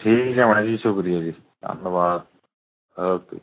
ਠੀਕ ਹੈ ਮੈਡਮ ਜੀ ਸ਼ੁਕਰੀਆ ਜੀ ਧੰਨਵਾਦ ਉਕੇ